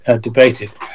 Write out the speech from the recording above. debated